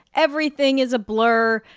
everything is a blur.